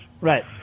Right